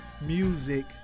music